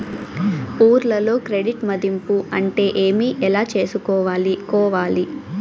ఊర్లలో క్రెడిట్ మధింపు అంటే ఏమి? ఎలా చేసుకోవాలి కోవాలి?